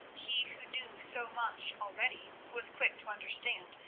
he who knew so much already, was quick to understand,